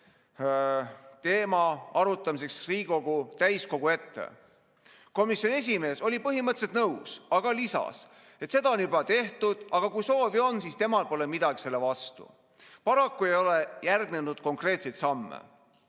teema arutamiseks Riigikogu täiskogu ette. Komisjoni esimees oli põhimõtteliselt nõus, kuid lisas, et seda on juba tehtud, aga kui soovi on, siis temal pole midagi selle vastu. Paraku ei ole järgnenud konkreetseid samme.